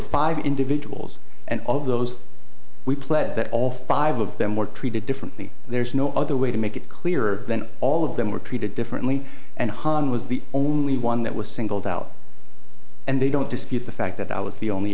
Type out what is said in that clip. five individuals and all of those we pled that all five of them were treated differently there's no other way to make it clearer than all of them were treated differently and hahn was the only one that was singled out and they don't dispute the fact that i was the only